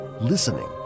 listening